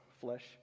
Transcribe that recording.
flesh